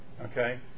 Okay